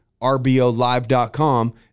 rbolive.com